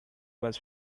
was